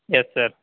yes sir